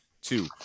two